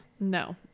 no